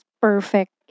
perfect